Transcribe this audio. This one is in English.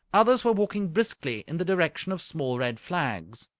others were walking briskly in the direction of small red flags.